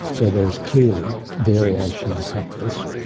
so there is clearly variation in practice.